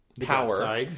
power